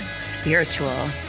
Spiritual